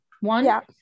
One